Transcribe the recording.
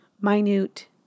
minute